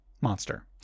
monster